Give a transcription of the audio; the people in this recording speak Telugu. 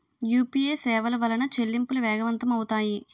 యూపీఏ సేవల వలన చెల్లింపులు వేగవంతం అవుతాయి